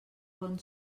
bon